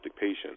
patient